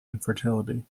infertility